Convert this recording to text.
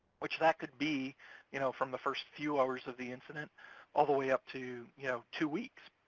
which that could be you know from the first few hours of the incident all the way up to you know two weeks.